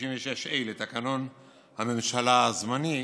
לסעיף 66(ה) לתקנון הממשלה הזמני,